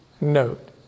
Note